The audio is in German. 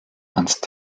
ernst